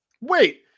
Wait